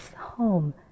home